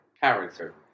character